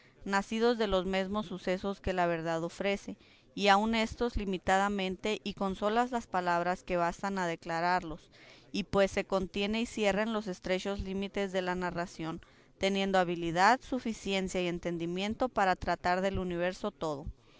nacidos de los mesmos sucesos que la verdad ofrece y aun éstos limitadamente y con solas las palabras que bastan a declararlos y pues se contiene y cierra en los estrechos límites de la narración teniendo habilidad suficiencia y entendimiento para tratar del universo todo